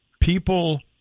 people